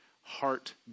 heart